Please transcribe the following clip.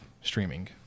streaming